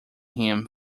him